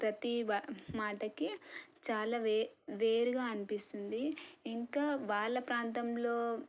ప్రతీ మాటకి చాలా వే వేరుగా అనిపిస్తుంది ఇంకా వాళ్ళ ప్రాంతంలో